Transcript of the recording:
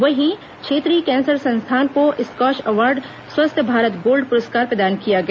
वहीं क्षेत्रीय कैंसर संस्थान को स्कॉच अवार्ड स्वस्थ भारत गोल्ड पुरस्कार प्रदान किया गया